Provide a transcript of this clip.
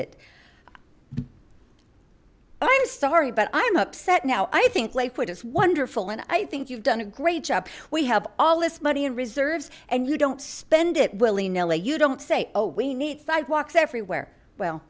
i'm sorry but i'm upset now i think it is wonderful and i think you've done a great job we have all this money in reserves and you don't spend it willy nilly you don't say oh we need sidewalks everywhere well